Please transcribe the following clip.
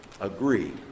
agree